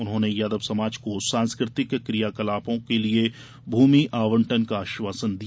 उन्होंने यादव समाज को सांस्कृतिक क्रियाकलापों के लिये भूमि आवंटन का आश्वासन दिया